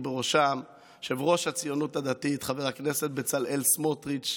ובראשם יו"ר הציונות הדתית חבר הכנסת בצלאל סמוטריץ'